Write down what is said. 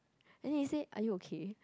then he say are you okay